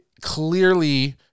clearly